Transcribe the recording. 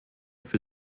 für